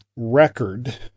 record